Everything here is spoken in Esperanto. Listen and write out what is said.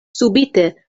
subite